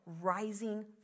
rising